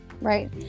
right